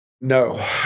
No